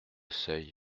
seuil